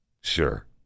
Sure